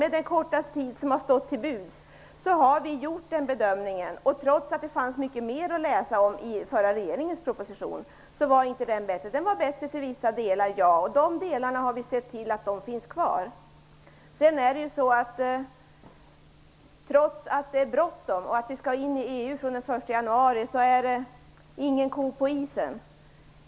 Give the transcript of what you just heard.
Med den korta tid som har stått till buds har vi gjort den bedömningen. Trots att det fanns mycket mer att läsa i den förra regeringens proposition, så var inte den bättre. Den var bättre till vissa delar, och vi har nu sett till så att de delarna finns kvar. Trots att det är bråttom och att vi skall in i EU den 1 januari är det ingen ko på isen.